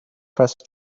pressed